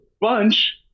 bunch